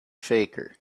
faker